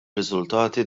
riżultati